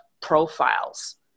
profiles